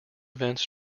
events